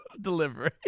delivery